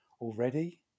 already